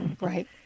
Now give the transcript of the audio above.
Right